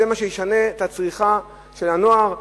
זה מה שישנה את הצריכה של הנוער?